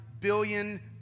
billion